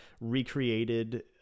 recreated